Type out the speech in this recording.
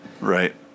Right